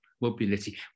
mobility